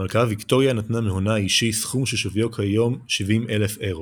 המלכה ויקטוריה נתנה מהונה האישי סכום ששוויו כיום כ-70,000 אירו,